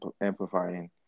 amplifying